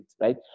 right